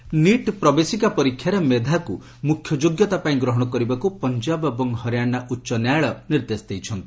Punjab NEET NEET ପ୍ରବେଶିକା ପରୀକ୍ଷାରେ ମେଧାକୁ ମୁଖ୍ୟ ଯୋଗ୍ୟତା ପାଇଁ ଗ୍ରହଣ କରିବାକୁ ପଞ୍ଜାବ ଏବଂ ହରିୟାଣା ଉଚ୍ଚ ନ୍ୟାୟାଳୟ ନିର୍ଦ୍ଦେଶ ଦେଇଛନ୍ତି